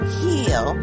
heal